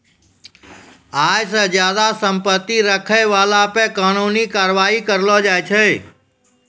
आय से ज्यादा संपत्ति रखै बाला पे कानूनी कारबाइ करलो जाय छै